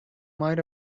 might